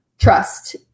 trust